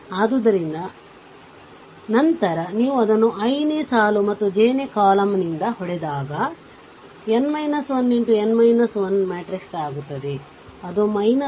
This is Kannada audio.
ಆದ್ದರಿಂದ ನಂತರ ನೀವು ಅದನ್ನು iನೇ ಸಾಲು ಮತ್ತು j ನೇ ಕಾಲಮ್ ನಿಂದ ಹೊಡೆದಾಗ Xಮ್ಯಾಟ್ರಿಕ್ಸ್ ಆಗುತ್ತದೆ ಅದು ಮೈನರ್ ಆಗಿದೆ